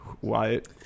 Wyatt